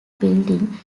building